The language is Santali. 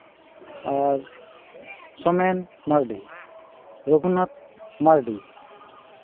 ᱟᱨ ᱥᱳᱢᱮᱱ ᱢᱟᱨᱰᱤ ᱨᱟᱹᱜᱷᱩᱱᱟᱛᱷ ᱢᱟᱨᱰᱤ